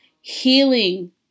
healing